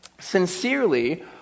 sincerely